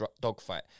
dogfight